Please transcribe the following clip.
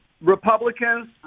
Republicans